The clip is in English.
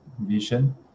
vision